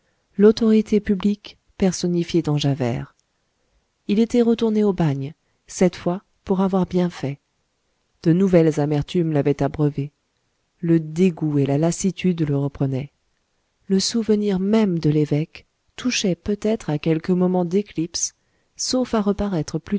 l'autorité publique personnifiée dans javert il était retourné au bagne cette fois pour avoir bien fait de nouvelles amertumes l'avaient abreuvé le dégoût et la lassitude le reprenaient le souvenir même de l'évêque touchait peut-être à quelque moment d'éclipse sauf à reparaître